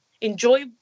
enjoy